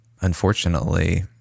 unfortunately